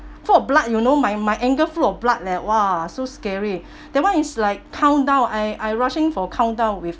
full of blood you know my my ankle full of blood like !wah! so scary that one is like countdown I I rushing for countdown with